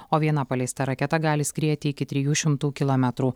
o viena paleista raketa gali skrieti iki trijų šimtų kilometrų